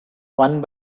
one